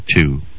two